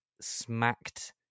smacked